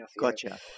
Gotcha